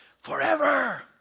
forever